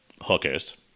hookers